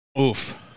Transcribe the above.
Oof